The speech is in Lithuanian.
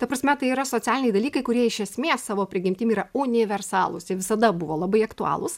ta prasme tai yra socialiniai dalykai kurie iš esmės savo prigimtim yra universalūs jie visada buvo labai aktualūs